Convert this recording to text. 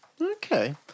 Okay